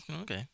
Okay